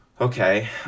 okay